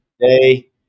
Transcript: today